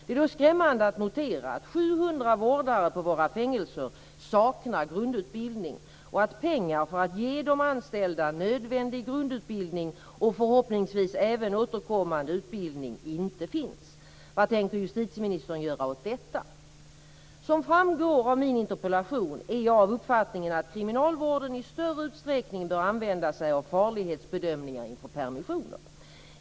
Det är då skrämmande att notera att 700 vårdare på våra fängelser saknar grundutbildning. Pengar för att ge de anställda nödvändig grundutbildning, och förhoppningsvis även återkommande utbildning, finns inte. Som framgår av min interpellation är jag av uppfattningen att kriminalvården i större utsträckning bör använda sig av farlighetsbedömningar inför permissioner.